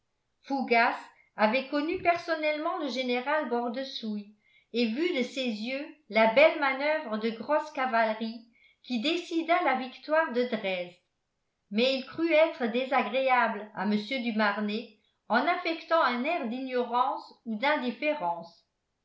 fougas avait connu personnellement le général bordesoulle et vu de ses yeux la belle manoeuvre de grosse cavalerie qui décida la victoire de dresde mais il crut être désagréable à mr du marnet en affectant un air d'ignorance ou d'indifférence